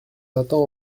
attend